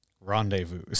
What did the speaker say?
rendezvous